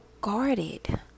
guarded